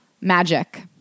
Magic